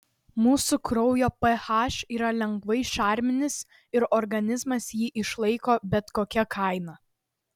mūsų kraujo ph yra lengvai šarminis ir organizmas jį išlaiko bet kokia kaina